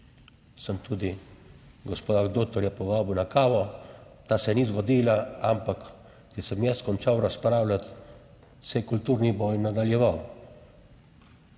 Sem tudi gospoda doktorja povabil na kavo, ta se ni zgodila, ampak ko sem jaz končal razpravljati, se je kulturni boj nadaljeval.